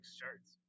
shirts